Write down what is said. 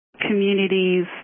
communities